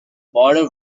border